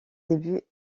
début